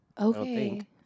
Okay